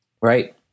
Right